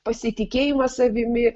pasitikėjimą savimi